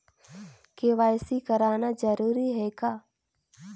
KYC कराना जरूरी है का?